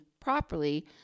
properly